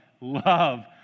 love